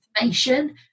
information